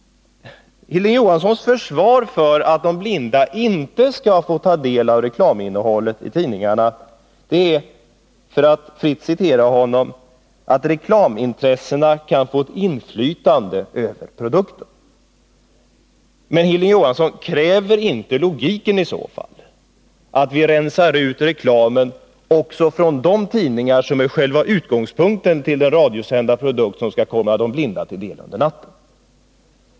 Hilding Johanssons försvar för att de blinda inte skall få ta del av reklaminnehållet i tidningarna är, för att fritt citera honom, att reklamintressena kan få ett inflytande över produkten. Men, Hilding Johansson, kräver inte i så fall logiken att vi rensar ut reklamen också från de tidningar som är själva utgångspunkten för den radiosända produkt som skall komma de blinda till del under natten?